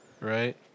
Right